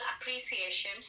appreciation